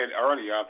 earlier